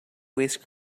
waste